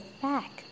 back